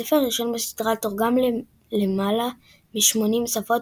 הספר הראשון בסדרה תורגם ללמעלה מ־80 שפות,